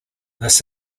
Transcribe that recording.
this